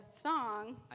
song